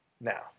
now